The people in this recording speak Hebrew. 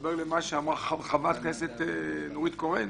בהתחבר למה שאמרה חברת הכנסת נורית קורן,